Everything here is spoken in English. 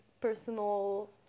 personal